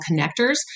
connectors